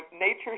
nature